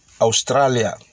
Australia